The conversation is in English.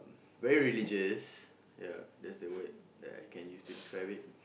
very religious ya that's the word that I can use to describe it